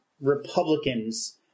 Republicans